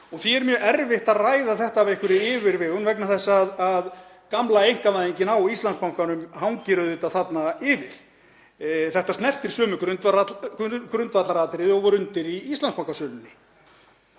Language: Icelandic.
og því er mjög erfitt að ræða þetta af einhverri yfirvegun vegna þess að gamla einkavæðingin á Íslandsbanka hangir þarna yfir. Þetta snertir sömu grundvallaratriði og voru undir í Íslandsbankasölunni.